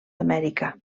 amèrica